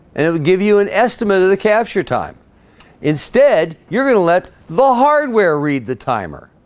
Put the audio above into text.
and it would give you an estimate of the capture time instead you're going to let the hardware read the timer